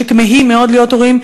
שכמהים מאוד להיות הורים,